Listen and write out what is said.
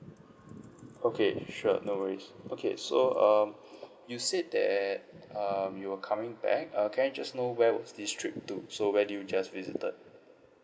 okay sure no worries okay so um you said that um you're coming back uh can I just know where was this trip to so where do you just visited